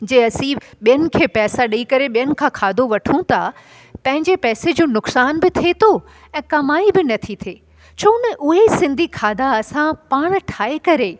जे असीं ॿियनि खे पैसा ॾेई करे ॿियनि खां खाधो वठूं था पंहिंजे पैसे जो नुक़सान बि थिए थो ऐं कमाई बि नथी थिए छो न उहे सिंधी खाधा असां पाण ठाहे करे